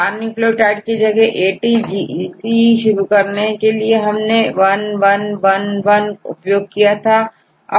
चार न्यूक्लियोटाइड की जगहATGC शुरू में हमने1 1 1 1 उपयोग किया